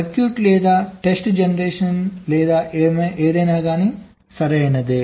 circuit లేదా test generation లేదా ఏమైనా సరియైనది